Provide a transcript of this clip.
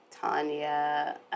Tanya